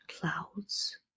clouds